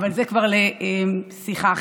אבל זה כבר לשיחה אחרת.